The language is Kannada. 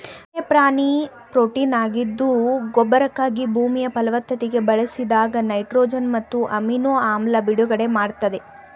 ಉಣ್ಣೆ ಪ್ರಾಣಿ ಪ್ರೊಟೀನಾಗಿದ್ದು ಗೊಬ್ಬರಕ್ಕಾಗಿ ಭೂಮಿ ಫಲವತ್ತತೆಗೆ ಬಳಸಿದಾಗ ನೈಟ್ರೊಜನ್ ಮತ್ತು ಅಮಿನೊ ಆಮ್ಲ ಬಿಡುಗಡೆ ಮಾಡ್ತದೆ